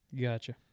gotcha